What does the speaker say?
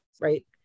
Right